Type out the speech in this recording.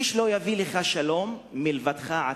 איש לא יביא לך שלום מלבדך עצמך.